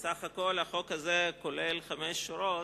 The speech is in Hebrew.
סך הכול החוק הזה כולל חמש שורות,